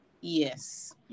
Yes